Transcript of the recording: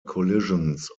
collisions